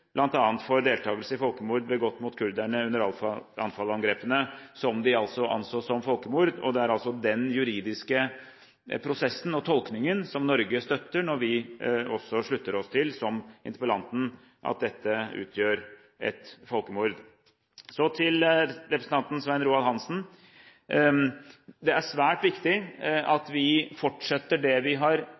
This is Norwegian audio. for deltakelse i folkemord begått mot kurderne under Anfal-angrepene, som de altså anså som folkemord. Det er altså den juridiske prosessen og tolkningen som Norge støtter når vi også slutter oss til – som interpellanten – at dette utgjør et folkemord. Så til representanten Svein Roald Hansen. Det er svært viktig at vi fortsetter med det ene som har